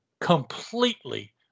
completely